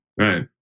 Right